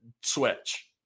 switch